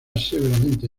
severamente